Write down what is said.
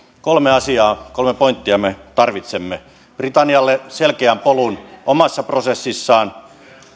kolme asiaa kolme pointtia me tarvitsemme britannialle selkeän polun omassa prosessissaan